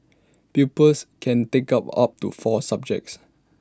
pupils can take up up to four subjects